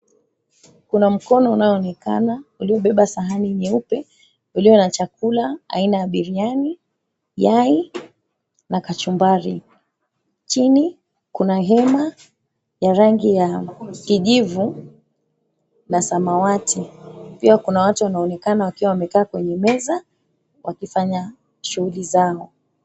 Kuna mkono unaoonekana uliobeba sahani nyeupe ulio na chakula aina ya biriani, yai na kachumbari. Chini kuna hema ya rangi ya kijivu na samawati. Pia kuna watu wanaonekana wakiwa wamekaa kwenye meza wakifanya shughuli zao.